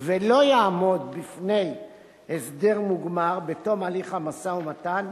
ולא יעמוד בפני הסדר מוגמר בתום הליך המשא-ומתן,